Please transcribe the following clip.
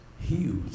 huge